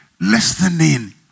listening